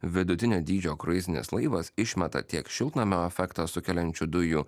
vidutinio dydžio kruizinis laivas išmeta tiek šiltnamio efektą sukeliančių dujų